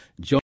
Join